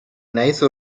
nice